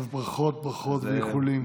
אז ברכות, ברכות ואיחולים.